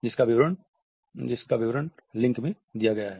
जिसका विवरण में लिंक में दिया गया है